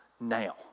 now